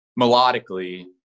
melodically